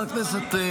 מה זאת אומרת?